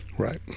right